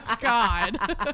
God